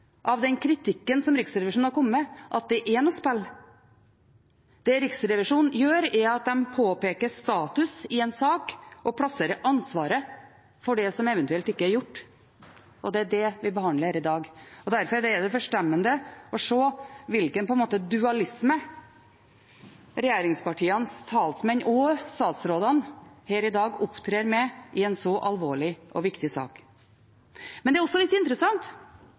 av den kritikken som Riksrevisjonen har kommet med, er et spill. Det Riksrevisjonen gjør, er å påpeke status i en sak og plassere ansvaret for det som eventuelt ikke er gjort. Det er det vi behandler her i dag. Derfor er det forstemmende å se hvilken dualisme regjeringspartienes talsmenn og statsrådene her i dag opptrer med i en så alvorlig og viktig sak. Men det er også interessant